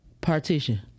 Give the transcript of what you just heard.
partition